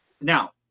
Now